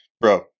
bro